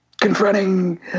confronting